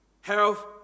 health